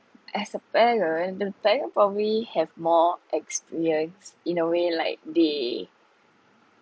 as a parent probably have more experience in a way like they